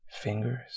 fingers